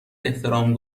احترام